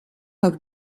auf